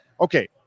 okay